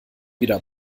wieder